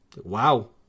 Wow